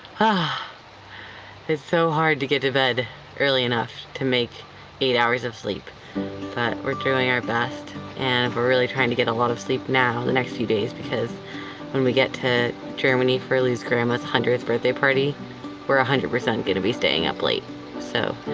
ah it's so hard to get to bed early enough to make eight hours of sleep. but we're doing our best and and we're really trying to get a lot of sleep now the next few days because when we get to germany for lou's grandma's hundredth birthday party we're one hundred percent gonna be staying up late so,